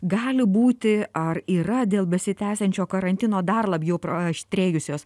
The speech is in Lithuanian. gali būti ar yra dėl besitęsiančio karantino dar labiau paaštrėjusios